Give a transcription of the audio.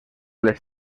les